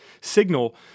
signal